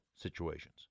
situations